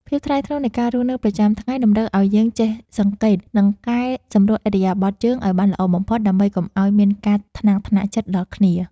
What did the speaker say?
ភាពថ្លៃថ្នូរនៃការរស់នៅប្រចាំថ្ងៃតម្រូវឱ្យយើងចេះសង្កេត និង កែសម្រួលឥរិយាបថជើងឱ្យបានល្អបំផុតដើម្បីកុំឱ្យមានការថ្នាំងថ្នាក់ចិត្តដល់គ្នា។